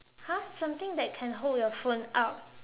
!huh! something that can hold your phone up